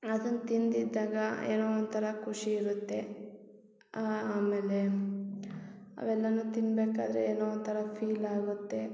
ಅದನ್ನ ತಿಂದಿದ್ದಾಗ ಏನೋ ಒಂಥರ ಖುಷಿ ಇರುತ್ತೆ ಆಮೇಲೆ ಅವೆಲ್ಲನು ತಿನ್ಬೇಕಾದರೆ ಏನೋ ಒಂಥರ ಫೀಲ್ ಆಗುತ್ತೆ